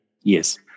Yes